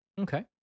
Okay